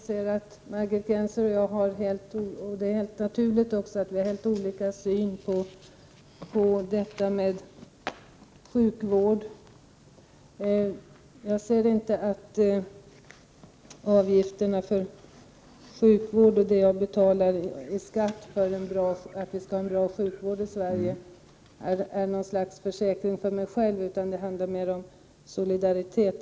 Herr talman! Jag inser att Margit Gennser och jag — och det är fullt naturligt — ser helt olika på sjukvården. Jag betraktar inte avgifterna för sjukvården och den skatt som jag betalar för att vi i Sverige skall få en bra sjukvård som ett slags försäkring för egen del. Det handlar mera om solidaritet med andra människor.